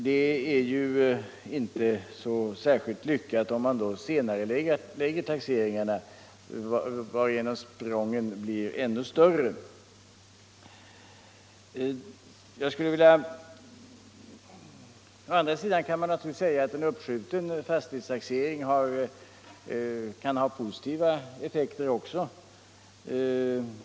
Det är inte särskilt lyckat om man då senarelägger taxeringarna — varigenom sprången blir ännu större. Man kan naturligtvis säga att en uppskjuten fastighetstaxering kan ha positiva effekter också.